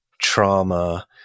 trauma